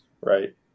right